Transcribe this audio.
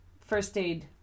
first-aid